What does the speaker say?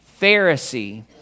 Pharisee